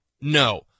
No